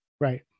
right